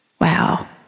Wow